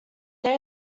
they